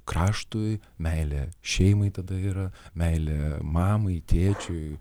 kraštui meilė šeimai tada yra meilė mamai tėčiui